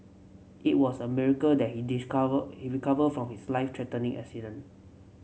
it was a miracle that he discover he recover from his life threatening accident